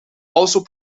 also